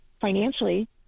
financially